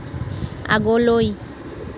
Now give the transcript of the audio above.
আগলৈ